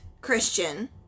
Christian